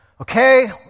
Okay